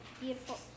beautiful